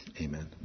Amen